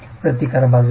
प्रतिकार बाजूला